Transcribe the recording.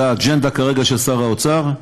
זו האג'נדה, כרגע, של שר האוצר,